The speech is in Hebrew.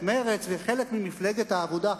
את מרצ וחלק ממפלגת העבודה.